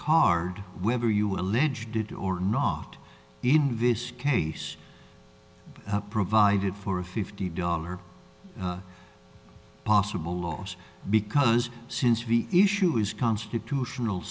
card whether you alleged it or not in this case provided for a fifty dollar possible loss because since the issue is constitutional